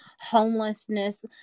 homelessness